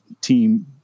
team